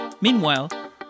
Meanwhile